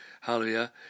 hallelujah